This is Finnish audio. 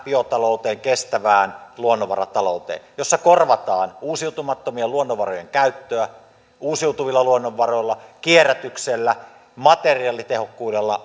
biotalouteen kestävään luonnonvaratalouteen jossa korvataan uusiutumattomien luonnonvarojen käyttöä uusiutuvilla luonnonvaroilla kierrätyksellä materiaalitehokkuudella